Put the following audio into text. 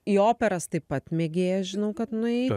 į operas taip pat mėgėjas žinau kad nueit